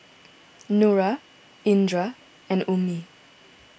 Nura Indra and Ummi